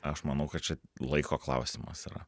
aš manau kad čia laiko klausimas yra